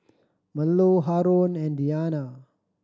Melur Haron and Diyana